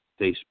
Facebook